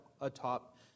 atop